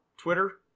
Twitter